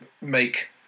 make